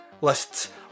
lists